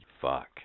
Fuck